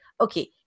okay